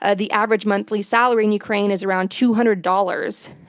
ah the average monthly salary in ukraine is around two hundred dollars.